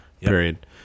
Period